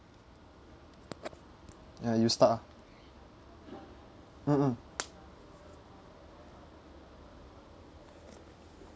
ya you start ah mm mm